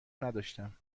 نداشتم